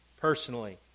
personally